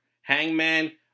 Hangman